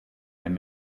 and